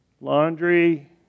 Laundry